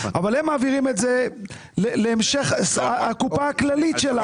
אבל הם מעבירים את זה לקופה הכללית שלנו.